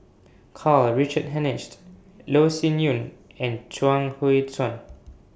Karl Richard Hanitsch Loh Sin Yun and Chuang Hui Tsuan